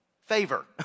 favor